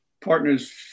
partner's